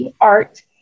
ART